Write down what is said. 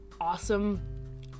awesome